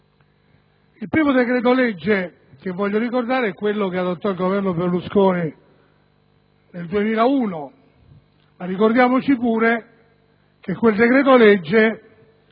Il primo decreto-legge che voglio ricordare è quello che adottò il Governo Berlusconi nel 2001, ma ricordiamoci pure che quel decreto-legge